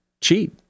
cheat